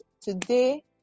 today